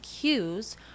cues